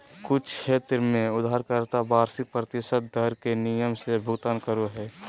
कुछ क्षेत्र में उधारकर्ता वार्षिक प्रतिशत दर के नियम से भुगतान करो हय